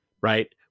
right